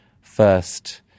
first